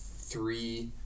three